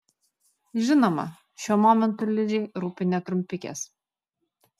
žinoma šiuo momentu ližei rūpi ne trumpikės